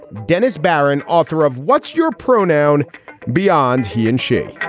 dennis barron, author of what's your pronoun beyond he and she